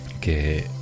que